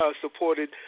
supported